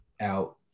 out